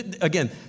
Again